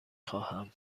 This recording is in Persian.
خواهم